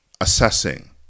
assessing